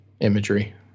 imagery